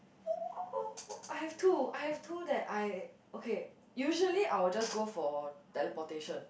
I have two I have two that I okay usually I will just go for teleportation